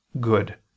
good